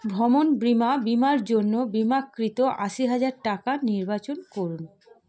ভ্রমণ বিমা বিমার জন্য বিমাকৃত আশি হাজার টাকা নির্বাচন করুন